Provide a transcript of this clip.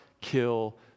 kill